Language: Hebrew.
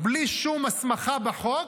בלי שום הסמכה בחוק,